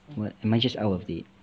what am I just out of date